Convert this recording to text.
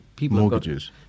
mortgages